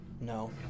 No